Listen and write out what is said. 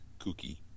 kooky